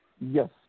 Yes